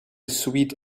suite